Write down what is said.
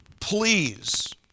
Please